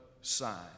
sign